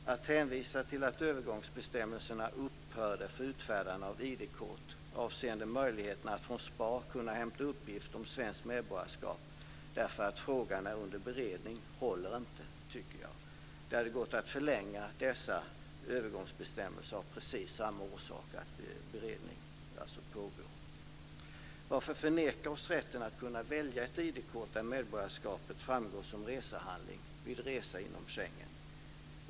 Att hänvisa till att övergångsbestämmelserna upphörde för utfärdande av ID-kort avseende möjligheterna att från SPAR kunna hämta uppgift om svenskt medborgarskap därför att frågan är under beredning håller inte. Det hade gått att förlänga dessa övergångsbestämmelser av precis samma orsak, dvs. att beredning pågår. Varför förneka oss rätten att som resehandling vid resa inom Schengen kunna välja ett ID-kort där medborgarskapet framgår?